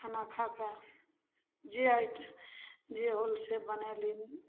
खाना खा कए जे आइत जे होल से बनैली